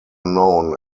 known